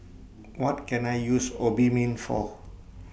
What Can I use Obimin For